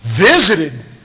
Visited